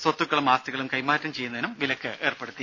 സ്വത്തുക്കളും ആസ്തികളും കൈമാറ്റം ചെയ്യുന്നതിനും വിലക്ക് ഏർപ്പെടുത്തി